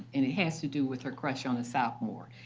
and it has to do with her crush on a sophomore.